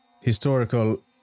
historical